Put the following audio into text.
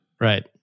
right